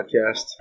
podcast